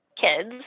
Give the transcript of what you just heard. kids